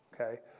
okay